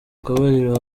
akabariro